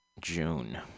June